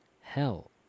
Hell